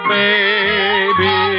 baby